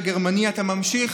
מהמצב?